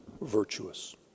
virtuous